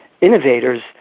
innovators